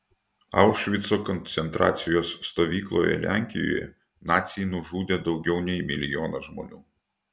aušvico koncentracijos stovykloje lenkijoje naciai nužudė daugiau nei milijoną žmonių